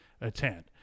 attend